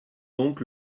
donc